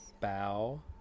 bow